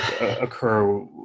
occur